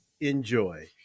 enjoy